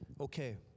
Okay